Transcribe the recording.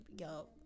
Yo